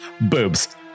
Boobs